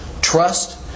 trust